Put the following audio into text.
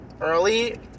early